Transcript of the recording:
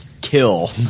kill